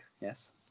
yes